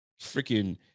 Freaking